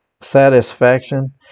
satisfaction